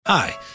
Hi